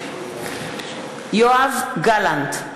יואב גלנט,